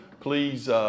Please